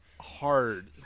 hard